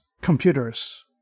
computers